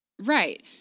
Right